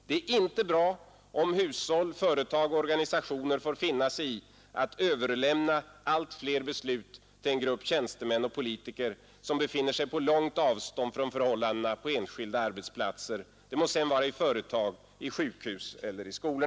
Det är inte bra om hushåll, företag och organisationer får finna sig i att överlämna allt fler beslut till en grupp tjänstemän och politiker som befinner sig på långt avstånd från förhållandena på enskilda arbetsplatser, det må sedan vara i företag, i sjukhus eller i skolor.